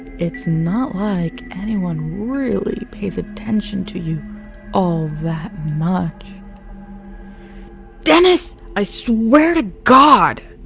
it's not like anyone really pays attention to you all that much dennis i swear to god!